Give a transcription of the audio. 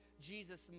Jesus